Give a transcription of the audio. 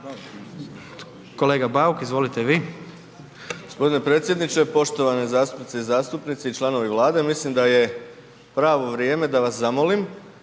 kolega Bauk, izvolite vi.